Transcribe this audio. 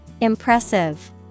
Impressive